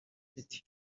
petit